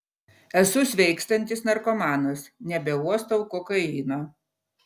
esu sveikstantis narkomanas nebeuostau kokaino